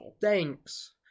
Thanks